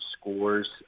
scores